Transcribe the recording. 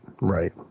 right